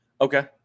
Okay